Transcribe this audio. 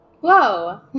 Whoa